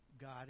God